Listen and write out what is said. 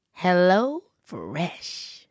HelloFresh